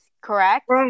correct